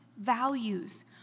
values